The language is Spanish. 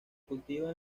cultiva